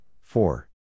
four